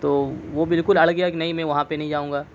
تو وہ بالکل اڑ گیا کہ نہیں میں وہاں پہ نہیں جاؤں گا